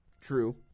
True